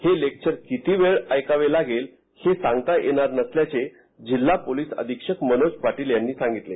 हे लेक्चर किती वेळ ऐकावे लागेल हे सांगता येणार नसल्याचे जिल्हा पोलिस अधीक्षक मनोज पाटील यांनी सांगितले